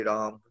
Ram